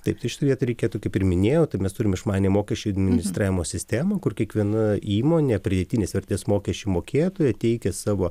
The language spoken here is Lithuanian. taip tai šitoj vietoj reikėtų kaip ir minėjau tai mes turim išmaniąją mokesčių administravimo sistemą kur kiekviena įmonė pridėtinės vertės mokesčių mokėtoja teikia savo